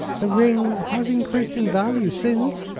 the ring has increased in value since.